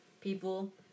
people